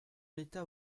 l’état